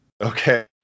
Okay